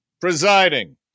presiding